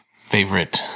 favorite